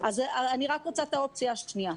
את האופציה השנייה.